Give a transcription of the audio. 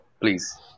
Please